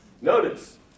Notice